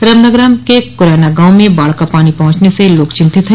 रमनगरा के कुरैना गांव में बाढ़ का पानी पहुंचने से लोग चिंतित है